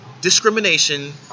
discrimination